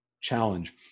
challenge